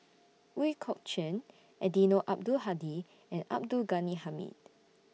Ooi Kok Chuen Eddino Abdul Hadi and Abdul Ghani Hamid